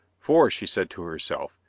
for, she said to herself,